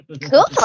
Cool